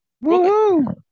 Woo-hoo